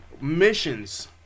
missions